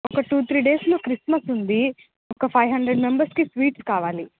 ఒక two three డేస్లో Christmas ఉంది ఒక ఫైవ్ హండ్రెడ్ మెంబెర్స్కి స్వీట్స్ కావాలి